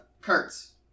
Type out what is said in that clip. Kurtz